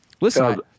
Listen